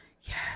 Yes